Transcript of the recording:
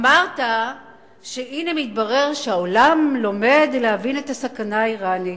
אמרת שהנה מתברר שהעולם לומד להבין את הסכנה האירנית.